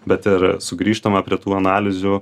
bet ir sugrįžtama prie tų analizių